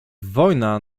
wojna